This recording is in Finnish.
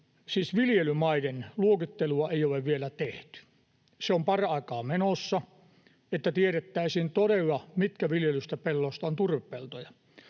viljelymaiden luokittelua ei ole vielä tehty. Se on paraikaa menossa, että tiedettäisiin todella, mitkä viljellyistä pelloista ovat turvepeltoja.